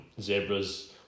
zebras